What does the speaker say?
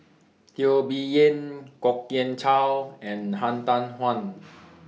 Teo Bee Yen Kwok Kian Chow and Han Tan Juan